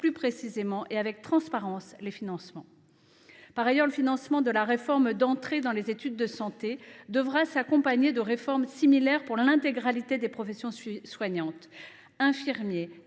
plus précisément et avec transparence. Par ailleurs, le financement de la réforme d’entrée dans les études de santé (Rees) devra s’accompagner de réformes similaires pour l’intégralité des professions soignantes : infirmiers,